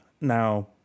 now